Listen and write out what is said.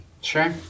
Sure